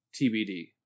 TBD